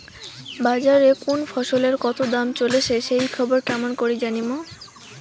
বাজারে কুন ফসলের কতো দাম চলেসে সেই খবর কেমন করি জানীমু?